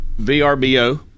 VRBO